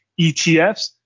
ETFs